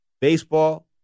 baseball